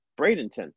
Bradenton